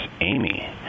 Amy